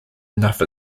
enough